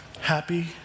happy